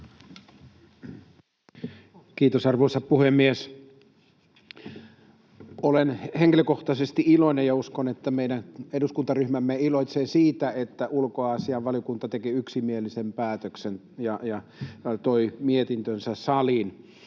Kiitos, arvoisa puhemies! Olen henkilökohtaisesti iloinen — ja uskon, että meidän eduskuntaryhmämme iloitsee — siitä, että ulkoasiainvaliokunta teki yksimielisen päätöksen ja antoi mietintönsä saliin.